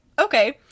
okay